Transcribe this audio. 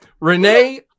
Renee